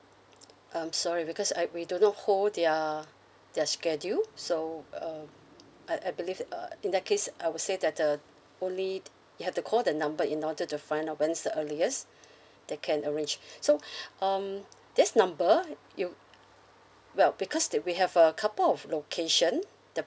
um sorry because I we do not hold their their schedule so um I I believed that uh in that case I would say that the only you have to call the number in order to find out when's the earliest they can arrange so um this number you well because that we have a couple of location that